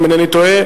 אם אינני טועה,